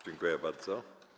Dziękuję bardzo.